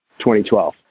2012